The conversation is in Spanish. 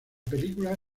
película